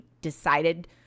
decided